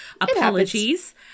apologies